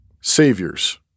Saviors